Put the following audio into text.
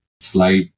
slide